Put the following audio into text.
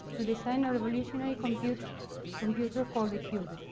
to design a revolutionary computer computer called the cube.